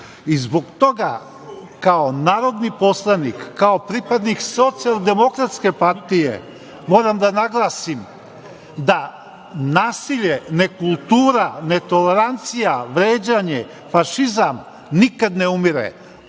toga, kao narodni poslanik, kao pripadnik Socijaldemokratske partije, moram da naglasim da nasilje, nekultura, netolerancija, vređanje, fašizam, nikad ne umire.